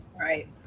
right